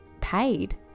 paid